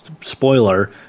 Spoiler